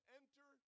enter